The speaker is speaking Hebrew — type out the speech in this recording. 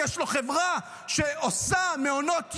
כי יש לו חברה שעושה מעונות יום,